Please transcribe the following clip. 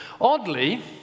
Oddly